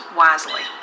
wisely